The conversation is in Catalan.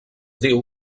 diu